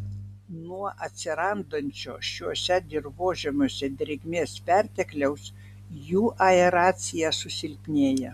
nuo atsirandančio šiuose dirvožemiuose drėgmės pertekliaus jų aeracija susilpnėja